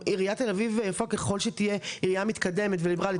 עיריית תל אביב היפה ככל שתהיה עירייה מתקדמת וליברלית